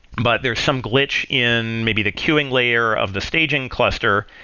but there's some glitch in maybe the queuing layer of the staging cluster,